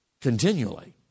continually